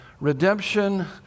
redemption